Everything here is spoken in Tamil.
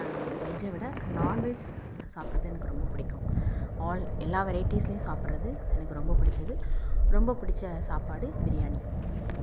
வெஜ்ஜை விட நான்வெஜ் சாப்பிட்றது எனக்கு ரொம்ப பிடிக்கும் ஆல் எல்லா வெரைட்டீஸ்லையும் சாப்பிட்றது எனக்கு ரொம்ப பிடிச்சது ரொம்ப பிடிச்ச சாப்பாடு பிரியாணி